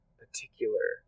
particular